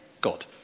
God